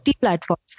platforms